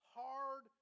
hard